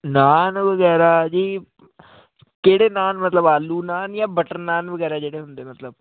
ਨਾਨ ਵਗੈਰਾ ਜੀ ਕਿਹੜੇ ਨਾਨ ਮਤਲਵ ਆਲੂ ਨਾਨ ਜਾਂ ਬਟਰ ਨਾਨ ਵਗੈਰਾ ਜਿਹੜੇ ਹੁੰਦੇ ਮਤਲਵ